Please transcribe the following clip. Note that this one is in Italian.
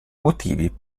motivi